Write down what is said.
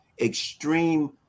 extreme